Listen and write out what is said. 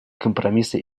компромиссы